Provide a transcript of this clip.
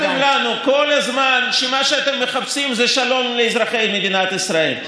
שיקרתם לנו כל הזמן שמה שאתם מחפשים זה שלום לאזרחי מדינת ישראל.